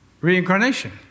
reincarnation